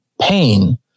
pain